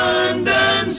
London